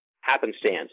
happenstance